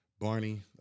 Barney